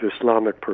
Islamic